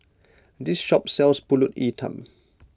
this shop sells Pulut Hitam